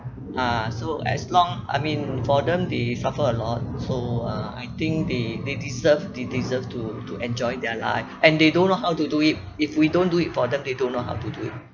ah so as long I mean for them they suffer a lot so uh I think they they deserve they deserve to to enjoy their life and they don't know how to do it if we don't do it for them they don't know how to do it